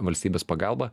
valstybės pagalbą